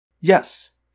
Yes